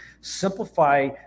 simplify